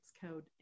code